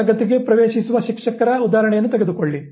ತರಗತಿಗೆ ಪ್ರವೇಶಿಸುವ ಶಿಕ್ಷಕರ ಉದಾಹರಣೆಯನ್ನು ತೆಗೆದುಕೊಳ್ಳಿ